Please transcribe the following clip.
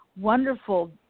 wonderful